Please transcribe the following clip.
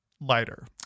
lighter